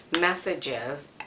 messages